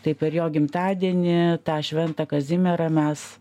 tai per jo gimtadienį tą šventą kazimierą mes